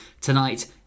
tonight